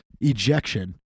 ejection